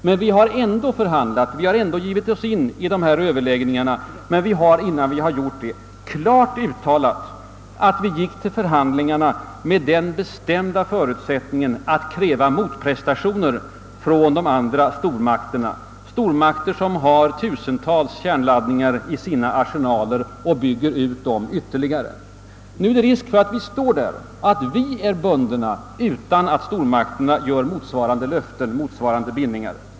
Men vi har ändå förhandlat, vi har ändå givit oss in i överläggningar, men vi har, innan vi har gjort det, klart uttalat, att vi gick till förhandlingarna under den bestämda förutsättningen att vi skulle kräva motprestationer från de stormakter som har tusentals kärnvapen i sina arsenaler och bygger ut dessa ytterligare. Nu finns det risk för att vi står där bundna utan att stormakterna givit motsvarande löften och bindningar.